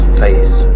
face